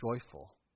joyful